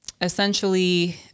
essentially